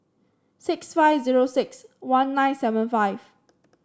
six five zero six one nine seven five